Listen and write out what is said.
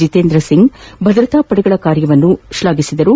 ಜತೇಂದ್ರ ಸಿಂಗ್ ಅವರು ಭದ್ರತಾ ಪಡೆಗಳ ಕಾರ್ಯವನ್ನು ಶ್ಲಾಘಿಸಿದರು